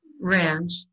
Ranch